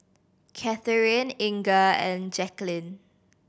Katheryn Inga and Jaqueline